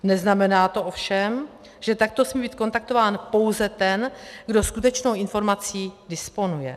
Neznamená to ovšem, že takto smí být kontaktován pouze ten, kdo skutečnou informací disponuje.